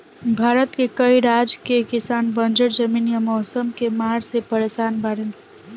भारत के कई राज के किसान बंजर जमीन या मौसम के मार से परेसान बाड़ेन